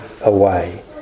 away